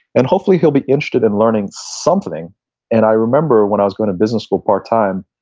and hopefully he will be interested in learning something and i remember when i was going to business school part time,